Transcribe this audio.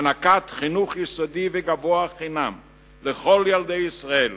הענקת חינוך יסודי וגבוה חינם לכל ילדי ישראל